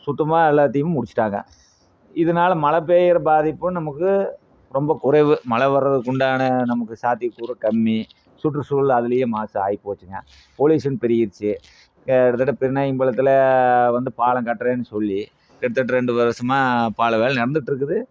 சுத்தமாக எல்லாத்தையும் முடிச்சுட்டாங்க இதுனால மழை பெய்யுற பாதிப்பும் நமக்கு ரொம்ப குறைவு மழை வர்றதுக்கு உண்டான நமக்கு சாத்தியக்கூறு கம்மி சுற்றுச்சூழல் அதிலியே மாசு ஆகிப்போச்சுங்க பொல்யூசன் பெருகிடுச்சு கிட்டத்தட்ட பெருநாயங்குளத்தில் வந்து பாலம்கட்றேனு சொல்லி கிட்டத்தட்ட ரெண்டு வருசமாக பால வேலை நடந்திட்ருக்குது